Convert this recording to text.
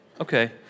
Okay